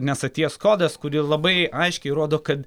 nesaties kodas kuri labai aiškiai rodo kad